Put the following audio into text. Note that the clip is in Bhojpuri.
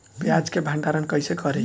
प्याज के भंडारन कईसे करी?